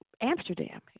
Amsterdam –